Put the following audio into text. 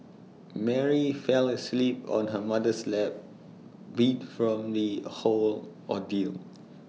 Mary fell asleep on her mother's lap beat from the whole ordeal